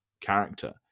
character